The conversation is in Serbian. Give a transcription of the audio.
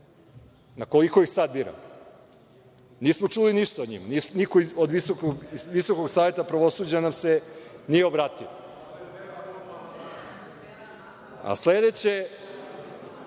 Na koliko ih sada biramo? Nismo čuli ništa o njima. Niko iz Visokog saveta pravosuđa nam se nije obratio. Sledeće